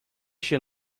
się